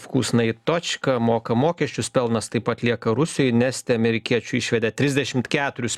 fkūsnaji točka moka mokesčius pelnas taip pat lieka rusijoj neste amerikiečių išvedė trisdešimt keturis